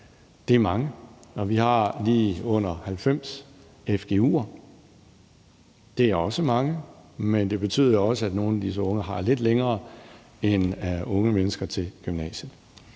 Det er mange. Og vi har lige under 90 fgu-institutioner. Det er også mange, men det betyder altså, at nogle af disse unge har lidt længere vej dertil, end unge mennesker har til gymnasiet.